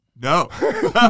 No